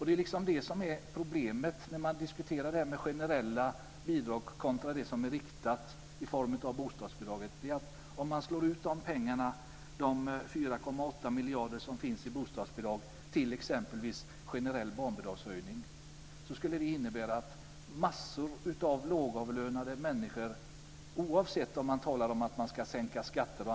Det är det här som är problemet när man diskuterar det här med generella bidrag kontra det som är riktat, i form av bostadsbidraget. Om man slår ut de 4,8 miljarder som finns i bostadsbidrag på exempelvis en generell barnbidragshöjning skulle det innebära att massor av lågavlönade människor skulle få kraftiga hyreshöjningar, kanske på flera tusen kronor.